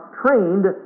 trained